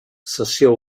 sessió